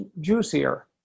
juicier